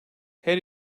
her